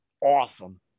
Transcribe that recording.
Awesome